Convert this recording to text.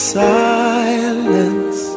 silence